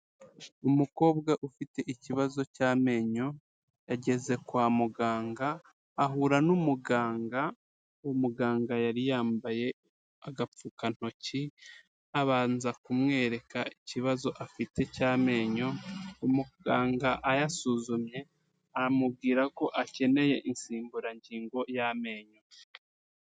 Umukobwa ufite ikibazo cy'amenyo yageze kwa muganga ahura n'umuganga, uwo muganga yari yambaye agapfukantoki abanza kumwereka ikibazo afite cy'amenyo, umuganga ayasuzumye amubwira ko akeneye insimburangingo y'amenyo.